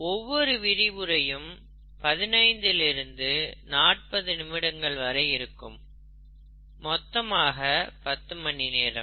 ஒவ்வொரு விரிவுரையும் 15 லிருந்து 40 நிமிடங்கள் வரை இருக்கும் மொத்தமாக 10 மணி நேரம்